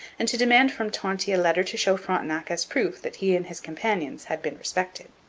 and to demand from tonty a letter to show frontenac as proof that he and his companions had been respected.